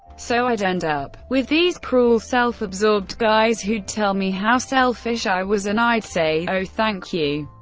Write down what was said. so i'd end up with these cruel self-absorbed guys who'd tell me how selfish i was, and i'd say oh thank you,